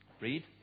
read